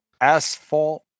Asphalt